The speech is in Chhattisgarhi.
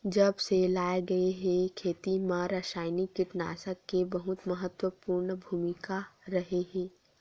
जब से लाए गए हे, खेती मा रासायनिक कीटनाशक के बहुत महत्वपूर्ण भूमिका रहे हे